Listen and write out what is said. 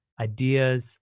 ideas